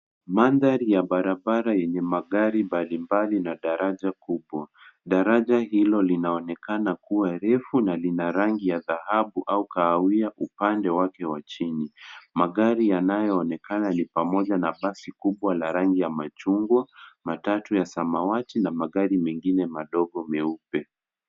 Mandhari ya barabara yenye magari mbalimbali na daraja kubwa. Daraja hilo linaonekana kuwa refu na lina rangi ya dhahabu au kahawia upande wake wa chini. Magari yanayoonekana ni pamoja na basi kubwa la rangi ya machungwa, matatu ya samawati na magari mengine madogo meupe.